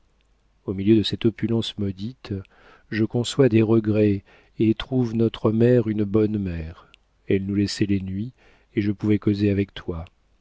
au milieu de cette opulence maudite je conçois des regrets et trouve notre mère une bonne mère elle nous laissait les nuits et je pouvais causer avec toi